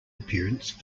appearance